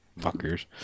Fuckers